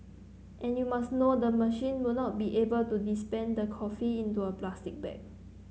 and you must know the machine will not be able to dispense the coffee into a plastic bag